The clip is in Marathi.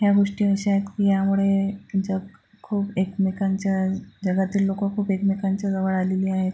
ह्या गोष्टी अशा आहेत की यामुळे जग खूप एकमेकांच्या जगातील लोकं खूप एकमेकांच्या जवळ आलेली आहे